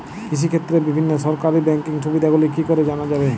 কৃষিক্ষেত্রে বিভিন্ন সরকারি ব্যকিং সুবিধাগুলি কি করে জানা যাবে?